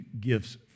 gifts